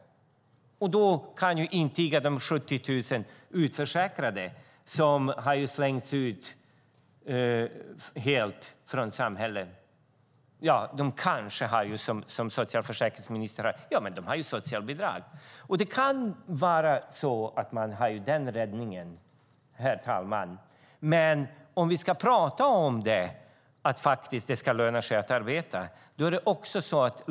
Det kan intygas av de 70 000 utförsäkrade som har slängts ut. De har kanske, som socialförsäkringsministern säger, socialbidrag. Det kan vara så att man har den räddningen, herr talman. Man pratar om att det ska löna sig att arbeta.